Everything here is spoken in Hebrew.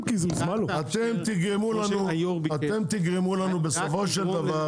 --- אתם תגרמו לנו בסופו של דבר,